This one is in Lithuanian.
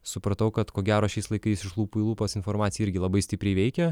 supratau kad ko gero šiais laikais iš lūpų į lūpas informacija irgi labai stipriai veikia